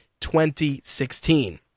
2016